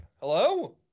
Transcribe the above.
Hello